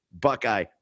Buckeye